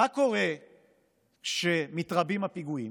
מה קורה כשמתרבים הפיגועים?